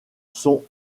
sont